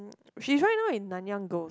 she's right now in nanyang-girls'